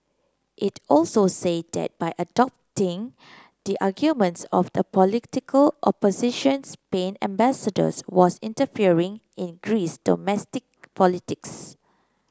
it also said that by adopting the arguments of the political opposition Spain ambassadors was interfering in Greece's domestic politics